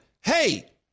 Hey